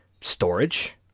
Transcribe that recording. storage